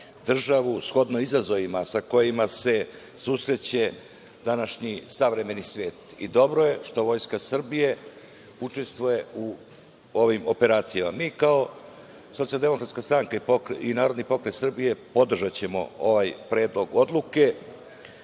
državu, shodno izazovima sa kojima se susreće današnji savremeni svet. Dobro je što Vojska Srbije učestvuje u ovim operacijama. Mi kao Socijaldemokratska stranka i Narodni pokret Srbije podržaćemo ovaj predlog odluke.